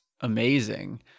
amazing